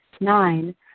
Nine